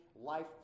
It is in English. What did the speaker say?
life